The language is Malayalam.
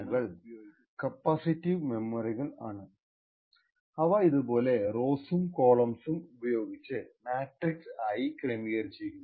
ഈ DRAM കൽ കാപ്പാസിറ്റിവ് മെമ്മോറികൾ ആണ് അവ ഇതുപോലെ റോസും കോളംസും ഉപയോഗിച്ച് മാട്രിക്സ് ആയി ക്രമീകരിച്ചിരിക്കുന്നു